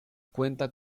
cuenta